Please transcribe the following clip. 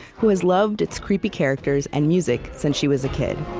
who has loved its creepy characters and music since she was a kid